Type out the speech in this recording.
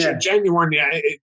genuinely